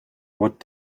what